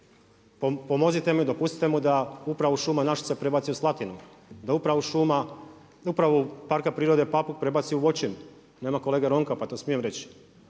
Pomozite mu, dopustite mu da upravu šuma Našice prebaci u Slatinu, da upravu Parka prirode Papuk prebaci u Voćin. Nema kolege Ronka, pa to smijem reći.